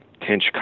Tinch